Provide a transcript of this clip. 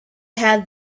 had